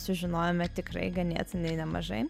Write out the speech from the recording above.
sužinojome tikrai ganėtinai nemažai